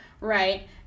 right